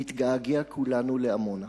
כולנו נתגעגע לעמונה.